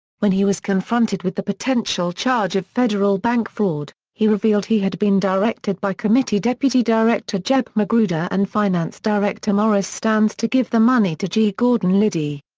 when he was confronted with the potential charge of federal bank fraud, he revealed he had been directed by committee deputy director jeb magruder and finance director maurice stans to give the money to g. gordon liddy.